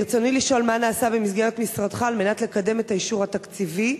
ברצוני לשאול: מה נעשה במסגרת משרדך על מנת לקדם את האישור התקציבי?